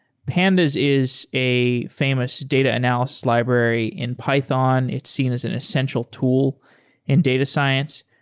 pandas is a famous data analysis library in python. it's seen as an essential tool in data science.